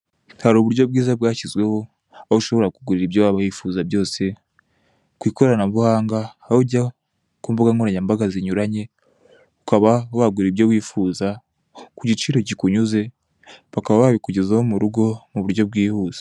Hari uburyo bwiza bwashyizweho aho ushobora kugurira ibyo waba wifuza byose, kuwkoranabuhanga aho ujya ku mbuga nkoranyambaga zinyuranye, ukaba wagura ibyo wifuza kugiciro kikunyuze bakaba babikujyezaho murugo muburyo byihuse.